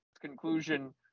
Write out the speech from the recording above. conclusion